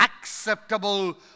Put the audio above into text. acceptable